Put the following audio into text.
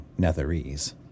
Netherese